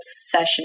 session